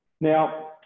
Now